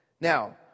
Now